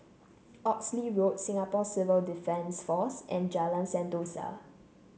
Oxley Road Singapore Civil Defence Force and Jalan Sentosa